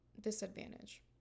disadvantage